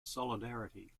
solidarity